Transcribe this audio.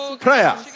prayer